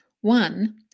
one